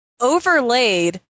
Overlaid